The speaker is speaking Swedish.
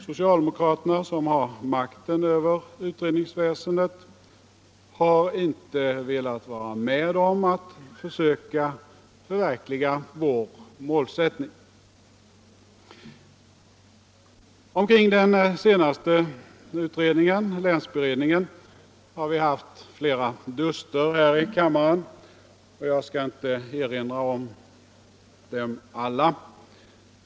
Socialdemokraterna, som har makten över utredningsväsendet, har inte velat vara med om att försöka förverkliga vår målsättning. Omkring den senaste utredningen, länsberedningen, har vi haft flera duster här i kammaren, och jag skall inte erinra om dem alla.